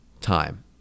time